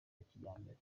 kijyambere